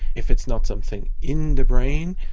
if it's not something in the brain,